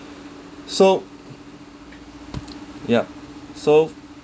so yup so